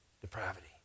depravity